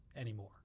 anymore